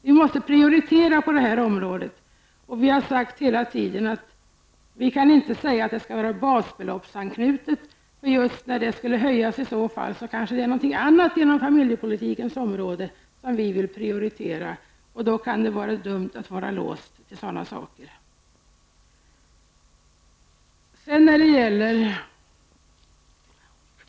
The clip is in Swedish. Vi måste prioritera inom detta område. Vi har hela tiden sagt att det inte kan vara knutet till basbeloppet. Just när basbeloppet skall höjas kanske det är något annat på familjepolitikens område som vi skulle vilja prioritera. Då kan det vara dumt att vara låst.